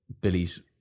Billy's